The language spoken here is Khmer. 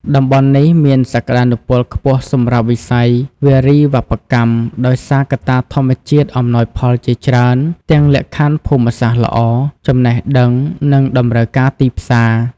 តំបន់នេះ មានសក្ដានុពលខ្ពស់សម្រាប់វិស័យវារីវប្បកម្មដោយសារកត្តាធម្មជាតិអំណោយផលជាច្រើន ទាំងលក្ខខណ្ឌភូមិសាស្ត្រល្អ ចំណេះដឹង និងតម្រូវការទីផ្សារ។